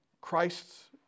Christ's